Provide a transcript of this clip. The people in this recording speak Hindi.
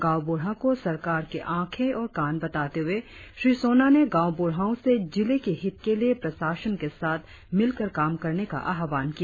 गांव बुढ़ा को सरकार की आँखे और कान बताते हुए श्री सोना ने गांव बुढ़ाओ से जिले के हित के लिए प्रशासन के साथ मिलकर काम करने का आह्वान किया